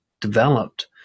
developed